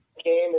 game